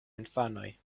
infanoj